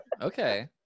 okay